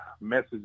message